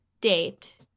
date